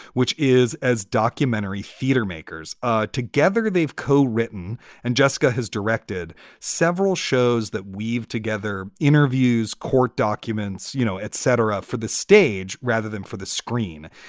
which is as documentary theatre makers ah together. they've co-written and jessica has directed several shows that weave together interviews, court documents, you know, et cetera, for the stage rather than for the screen.